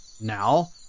Now